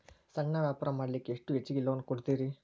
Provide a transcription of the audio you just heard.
ಸಣ್ಣ ವ್ಯಾಪಾರ ಮಾಡ್ಲಿಕ್ಕೆ ಎಷ್ಟು ಹೆಚ್ಚಿಗಿ ಲೋನ್ ಕೊಡುತ್ತೇರಿ?